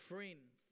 Friends